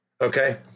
Okay